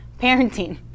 parenting